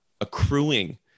accruing